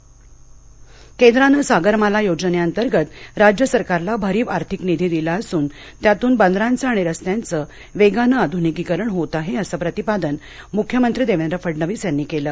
कारंजा केंद्रानं सागरमाला योजनेंतर्गत राज्य सरकारला भरीव आर्थिक निधी दिला असून त्यातून बंदरांचं आणि रस्त्यांचं वेगानं आध्रनिकीकरण होत आहे असं प्रतिपादन मुख्यमंत्री देवेंद्र फडणवीस यांनी केलं